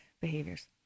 behaviors